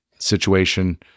Situation